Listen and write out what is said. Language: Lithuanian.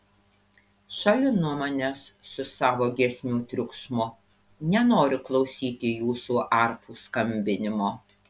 šalin nuo manęs su savo giesmių triukšmu nenoriu klausyti jūsų arfų skambinimo